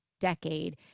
decade